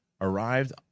arrived